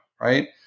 Right